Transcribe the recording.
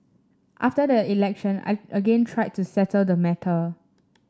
after the election I again tried to settle the matter